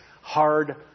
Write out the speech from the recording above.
hard